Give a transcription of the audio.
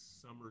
summer